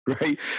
Right